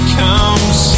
comes